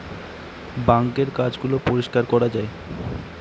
বাঙ্কের কাজ গুলো পরিষ্কার করা যায়